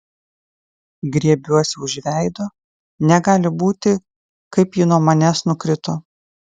griebiuosi už veido negali būti kaip ji nuo manęs nukrito